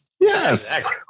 Yes